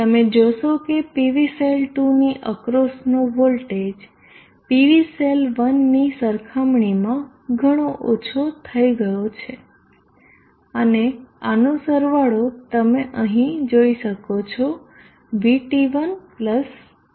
તમે જોશો કે PV સેલ 2ની અક્રોસનો વોલ્ટેજ PV સેલ 1ની સરખામણીમાં ઘણો ઓછો થઇ ગયો છે અને આનો સરવાળો તમે અહી જોઈ શકો છો VT1VT2